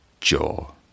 Jaw